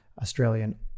Australian